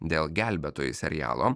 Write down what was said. dėl gelbėtojai serialo